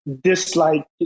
Dislike